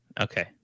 okay